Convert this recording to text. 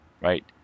right